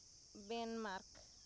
Denmark